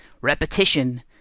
Repetition